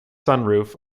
sunroof